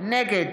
נגד